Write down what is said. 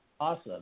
Awesome